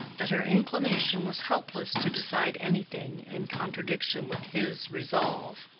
that her inclination was helpless to decide anything in contradiction with his resolve.